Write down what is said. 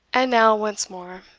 and now, once more,